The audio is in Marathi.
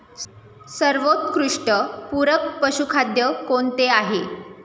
सर्वोत्कृष्ट पूरक पशुखाद्य कोणते आहे?